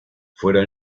fueron